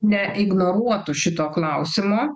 neignoruotų šito klausimo